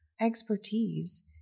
expertise